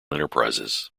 enterprises